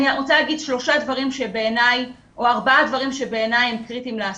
אני רוצה להגיד ארבעה דברים שבעיני הם קריטיים לעשות.